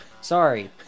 Sorry